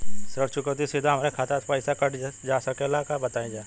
ऋण चुकौती सीधा हमार खाता से पैसा कटल जा सकेला का बताई जा?